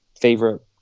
favorite